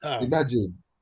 imagine